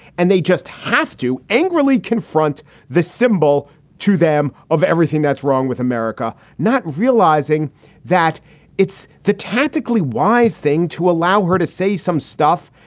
and they just have to angrily confront the symbol to them of everything that's wrong with america, not realizing that it's the tactically wise thing to allow her to say some stuff.